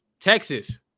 Texas